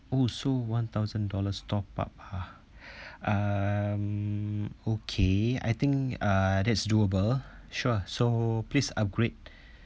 oh so one thousand dollars top up ah um okay I think uh that's doable sure so please upgrade